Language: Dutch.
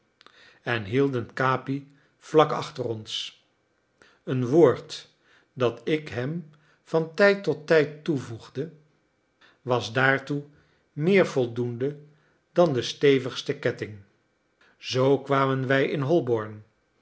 en hielden capi vlak achter ons een woord dat ik hem van tijd tot tijd toevoegde was daartoe meer voldoende dan de stevigste ketting zoo kwamen wij in holborn